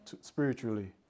spiritually